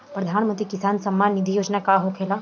प्रधानमंत्री किसान सम्मान निधि योजना का होखेला?